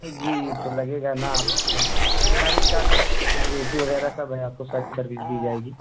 جی یہ تو لگے گا نا آپ کو ہماری کار میں اے سی وغیرہ سب ہے آپ کو ساری سروس دی جائے گی